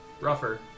rougher